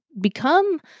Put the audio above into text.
become